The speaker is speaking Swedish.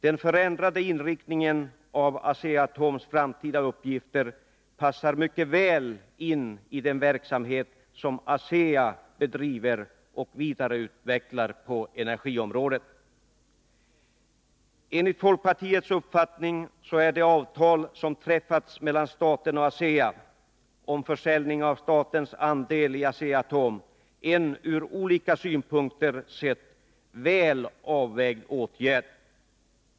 Den förändrade inriktningen av Asea-Atoms framtida uppgifter passar mycket väl in i den verksamhet som ASEA bedriver och vidareutvecklar på energiområdet. Enligt folkpartiets uppfattning är detta avtal som träffats mellan staten och ASEA, om försäljning av statens andel av Asea-Atom, en ur olika synpunkter väl avvägd åtgärd.